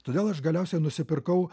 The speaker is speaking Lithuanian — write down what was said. todėl aš galiausiai nusipirkau